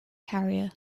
carrier